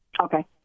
Okay